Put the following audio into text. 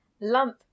lump